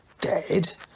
dead